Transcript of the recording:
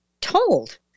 told